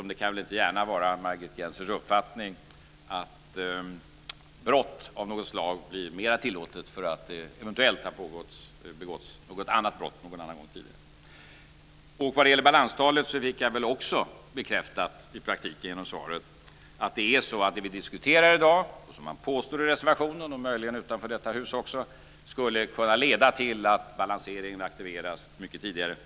Det kan inte gärna vara Margit Gennsers uppfattning att brott blir mera tillåtet bara för att det eventuellt har begåtts brott någon annan gång tidigare. När det gäller balanstalet fick jag också bekräftat genom svaret att det som vi diskuterar i dag och det som man påstår i reservationen och möjligen också utanför detta hus skulle kunna leda till att balanseringen aktiveras mycket tidigare.